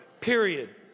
period